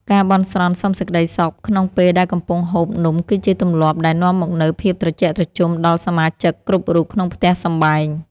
ការបន់ស្រន់សុំសេចក្ដីសុខក្នុងពេលដែលកំពុងហូបនំគឺជាទម្លាប់ដែលនាំមកនូវភាពត្រជាក់ត្រជុំដល់សមាជិកគ្រប់រូបក្នុងផ្ទះសម្បែង។